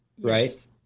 Right